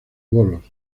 bolos